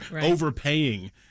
overpaying